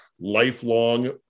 lifelong